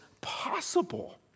possible